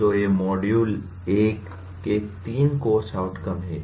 तो ये मॉड्यूल 1 के तीन कोर्स आउटकम हैं